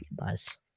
nice